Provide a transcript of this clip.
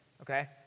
Okay